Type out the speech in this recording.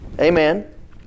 Amen